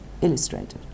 illustrated